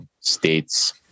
states